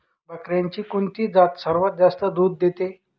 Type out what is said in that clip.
बकऱ्यांची कोणती जात सर्वात जास्त दूध देते?